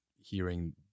hearing